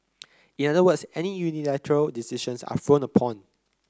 in other words any unilateral decisions are frowned upon